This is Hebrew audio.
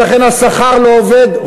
ולכן השכר לעובד,